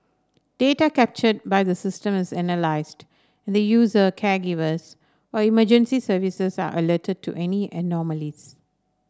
data captured by the systems analysed and user caregivers or emergency services are alerted to any anomalies